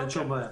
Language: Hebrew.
אין שום בעיה.